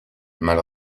mal